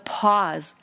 pause